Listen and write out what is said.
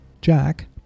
Jack